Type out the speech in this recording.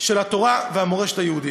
של התורה והמורשת היהודית.